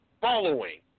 following